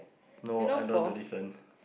no I don't want to listen